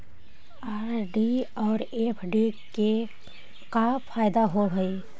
RD और FD के का फायदा होव हई?